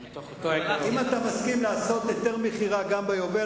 אם אתה מסכים לעשות היתר מכירה גם ביובל,